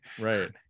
Right